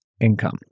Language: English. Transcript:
income